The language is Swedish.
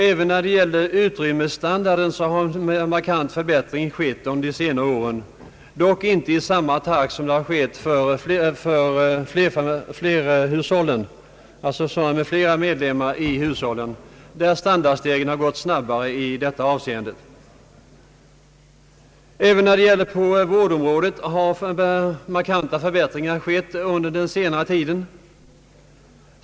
Även när det gäller utrymmesstandarden har en markant förbättring skett under de senare åren, dock inte i samma takt som för hushåll med flera medlemmar, där standardstegringen har gått snabbare i detta avseende. Också på vårdområdet har markanta förbättringar skett under den senare tiden.